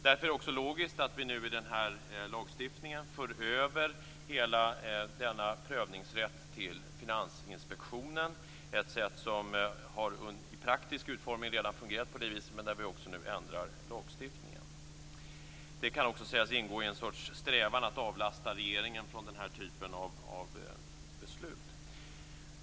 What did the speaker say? Därför är det också logiskt att vi nu i denna lagstiftning för över hela denna prövningsrätt till Finansinspektionen, vilket i praktiken redan har fungerat på det viset, men nu ändrar vi också lagstiftningen. Det kan också sägas ingå i en sorts strävan att avlasta regeringen från denna typ av beslut.